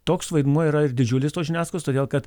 toks vaidmuo yra ir didžiulis tos žiniasklaidos todėl kad